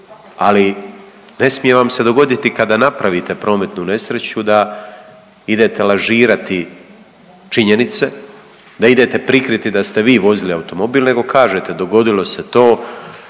ali ne smije vam se dogoditi kada napravite prometnu nesreću da idete lažirati činjenice, da idete prikriti da ste vi vozili automobil nego kažete dogodilo se to.